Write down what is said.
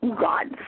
gods